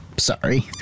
Sorry